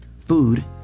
food